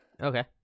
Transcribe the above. Okay